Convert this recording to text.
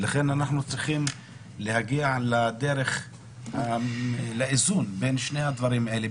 לכן אנחנו צריכים להגיע לאיזון בין שני הדברים האלה,